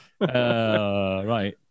right